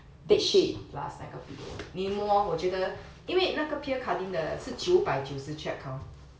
bed sheet plus 那个 pillow 你摸我觉得因为那个 pierre cardin 的是九百九十 thread count